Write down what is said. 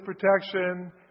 protection